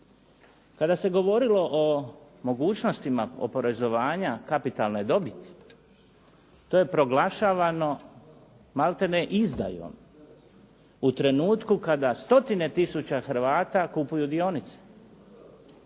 Kada se govorilo o mogućnosti oporezovanja kapitalne dobiti to je proglašavano maltene izdajom u trenutku kada stotine tisuća Hrvata kupuju dionice.